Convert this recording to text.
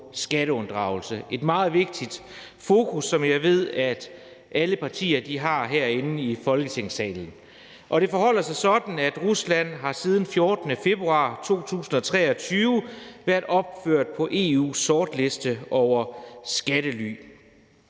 skatteunddragelse – et meget vigtigt fokus, som jeg ved at alle partier herinde i Folketingssalen har. Det forholder sig sådan, at Rusland siden den 14. februar 2023 har været opført på EU's sortliste over skattely,